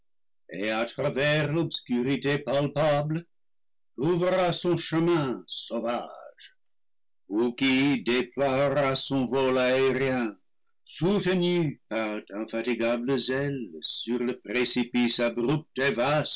et à travers l'obscurité palpable trouvera son chemin sauvage ou qui déploiera son vol aérien soutenu par d'in fatigables ailes sur le précipice